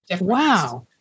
Wow